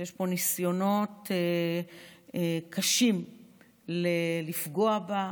יש ניסיונות קשים לפגוע בה,